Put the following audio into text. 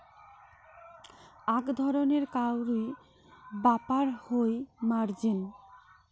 আক ধরণের কাউরী ব্যাপার হই মার্জিন